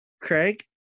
Craig